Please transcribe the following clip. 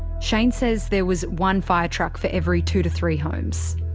shane says there was one fire truck for every two to three homes.